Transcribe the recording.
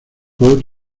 por